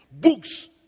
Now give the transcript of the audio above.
books